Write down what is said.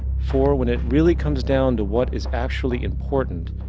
for when it really comes down to what is actually important,